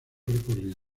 recorrido